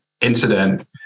incident